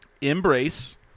embrace